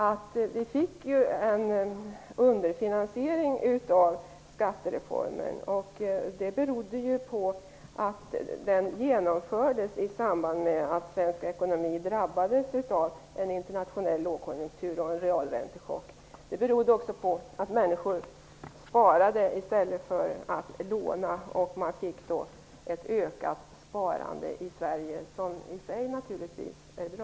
Det blev en underfinansiering av skattereformen, men det berodde på att den genomfördes i samband med att svensk ekonomi drabbades av en internationell lågkonjunktur och en realräntechock. Det berodde också på att människor började spara i stället för att låna. Det blev alltså ett ökat sparande i Sverige, något som i sig naturligtvis är bra.